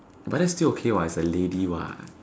but that's still okay what it's a lady what